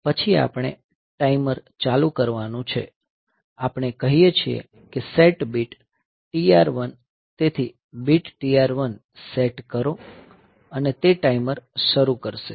પછી આપણે ટાઈમર ચાલુ કરવાનું છે આપણે કહીએ છીએ કે સેટ બીટ TR1 તેથી બીટ TR1 સેટ કરો અને તે ટાઈમર શરૂ કરશે